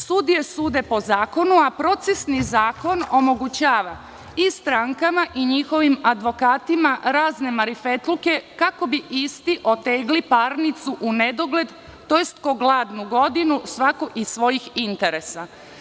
Sudije sudije po zakonu, a procesni zakon omogućava i strankama i njihovim advokatima razne marifetluke kako bi isti otegli parnicu u nedogled, tj. ko gladnu godinu svako iz svojih intetresa.